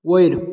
वयर